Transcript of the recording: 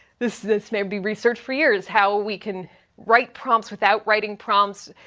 this this may be research for years, how we can write prompts without writing prompts.